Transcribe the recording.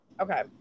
okay